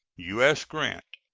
u s. grant.